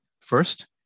First